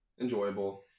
enjoyable